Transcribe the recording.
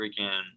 freaking